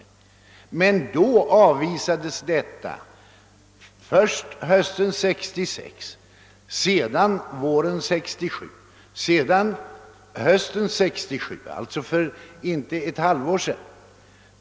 Men denna begäran avvisades, första gången hösten 1966, sedan våren 1967 och därpå hösten 1967, alltså för knappt ett halvår sedan.